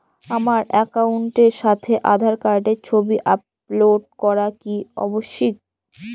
আমার অ্যাকাউন্টের সাথে আধার কার্ডের ছবি আপলোড করা কি আবশ্যিক?